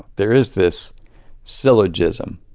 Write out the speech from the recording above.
there is this syllogism.